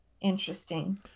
interesting